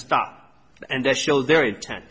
stop and they show their inten